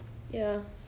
ya